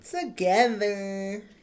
together